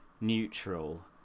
neutral